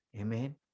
Amen